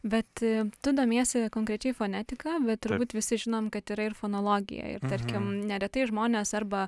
bet tu domiesi konkrečiai fonetika bet turbūt visi žinom kad yra ir fonologija ir tarkim neretai žmonės arba